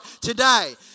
today